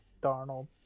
Darnold